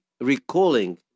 recalling